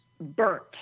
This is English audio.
burnt